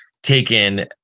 Taken